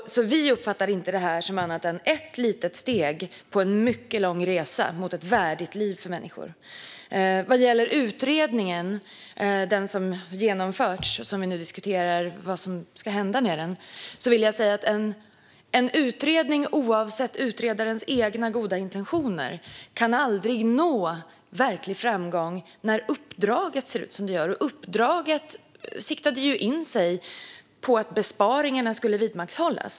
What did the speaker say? Vi uppfattar inte detta som annat än ett litet steg på en mycket lång resa mot ett värdigt liv för människor. Vad gäller utredningen som genomförts diskuterar vi nu vad som ska hända med den. En utredning kan aldrig, oavsett utredarens egna goda intentioner, nå verklig framgång när uppdraget ser ut som det gör. Uppdraget siktade in sig på att besparingarna skulle vidmakthållas.